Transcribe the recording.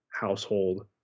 household